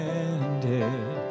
ended